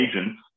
agents